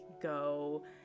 go